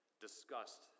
discussed